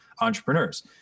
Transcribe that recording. entrepreneurs